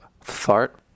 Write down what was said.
fart